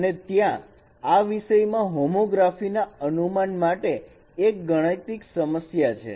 અને ત્યાં આ વિષયમાં હોમોગ્રાફીના અનુમાન માટે એક ગાણિતિક સમસ્યા છે